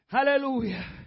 Hallelujah